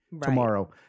tomorrow